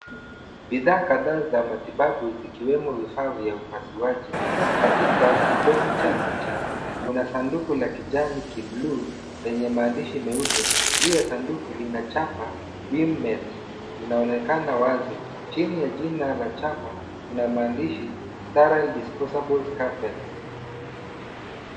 Bidhaa kadhaa za matibabu zikiwemo vifaa vya upasuaji. Katika kitovu cha picha kuna sanduku la kijani ki bluu lenye maandishi meupe, juu ya sanduku lina chapa Wilmed linaonekana wazi. Chini ya jina la chapa kuna maandishi sterile disposable scapel .